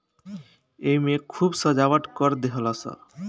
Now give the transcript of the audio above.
एईमे खूब सजावट कर देहलस